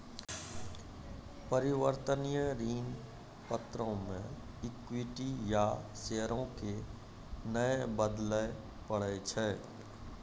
अपरिवर्तनीय ऋण पत्रो मे इक्विटी या शेयरो के नै बदलै पड़ै छै